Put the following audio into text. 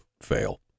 fail